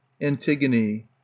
Antigone